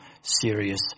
serious